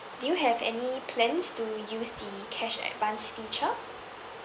do you have any plans to use the cash advance feature